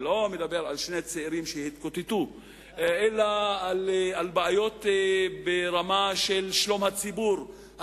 אני לא מדבר על שני צעירים שהתקוטטו אלא על בעיות ברמה של שלום הציבור,